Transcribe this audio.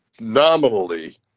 Nominally